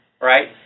right